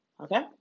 okay